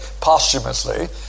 posthumously